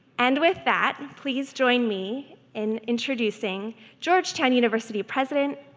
and with that please join me in introducing georgetown university president,